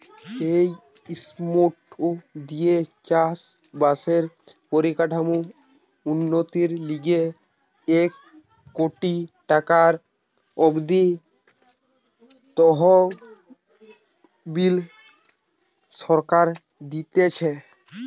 এই স্কিমটো দিয়ে চাষ বাসের পরিকাঠামোর উন্নতির লিগে এক কোটি টাকা অব্দি তহবিল সরকার দিতেছে